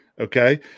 okay